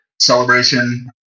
celebration